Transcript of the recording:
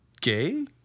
Gay